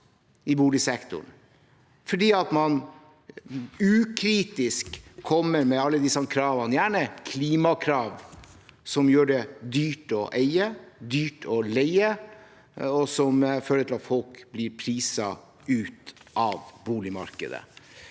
i boligsektoren, nettopp fordi man ukritisk kommer med alle disse kravene, gjerne klimakrav som gjør det dyrt å eie og dyrt å leie, og som fører til at folk blir priset ut av boligmarkedet.